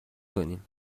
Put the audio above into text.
کنیم